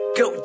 go